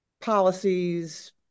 policies